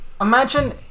imagine